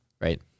right